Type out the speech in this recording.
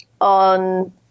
On